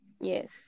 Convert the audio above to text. Yes